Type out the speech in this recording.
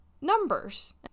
numbers